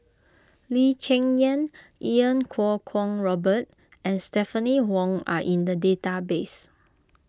Lee Cheng Yan Iau Kuo Kwong Robert and Stephanie Wong are in the database